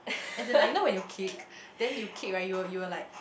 as in like you know when you kick then you kick right you will you will like